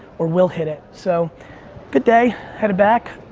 or will hit it. so good day. headed back.